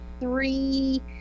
three